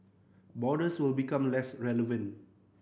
borders will become less relevant